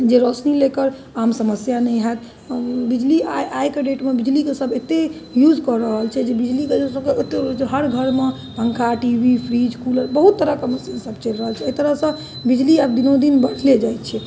जे रोशनी लऽ कऽ आम समस्या नहि हैत बिजली आइ आइके डेटमे बिजलीके सब एतेक यूज कऽ रहल छै जे बिजलीके ओ तऽ हर घरमे पंखा टी वी फ्रिज कूलर बहुत तरहके मशीन सब चलि रहल छै एहि तरहसँ बिजली आब दिनोदिन बढ़ले जाइ छै